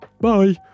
bye